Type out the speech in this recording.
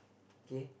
K